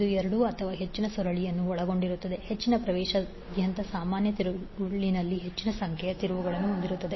ಇದು ಎರಡು ಅಥವಾ ಹೆಚ್ಚಿನ ಸುರುಳಿಗಳನ್ನು ಒಳಗೊಂಡಿರುತ್ತದೆ ಹೆಚ್ಚಿನ ಪ್ರವೇಶಸಾಧ್ಯತೆಯ ಸಾಮಾನ್ಯ ತಿರುಳಿನಲ್ಲಿ ಹೆಚ್ಚಿನ ಸಂಖ್ಯೆಯ ತಿರುವುಗಳನ್ನು ಹೊಂದಿರುತ್ತದೆ